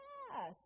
Yes